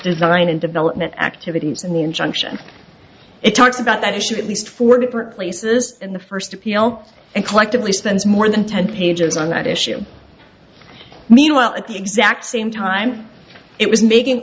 design and development activities in the injunction it talks about that issue at least four different places in the first appeal and collectively spends more than ten pages on that issue meanwhile at the exact same time it was making